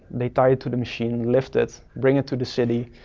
they tie it to the machine, lift it, bring it to the city,